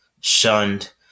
shunned